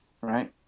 right